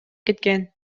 кеткен